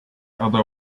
other